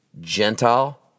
Gentile